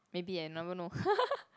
maybe eh you never know